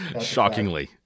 Shockingly